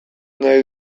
nahi